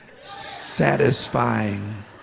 satisfying